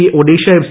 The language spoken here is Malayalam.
ഒഡീഷ എഫ്